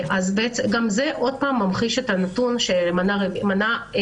גם זה ממחיש שוב את הנתון של מנה חדשה,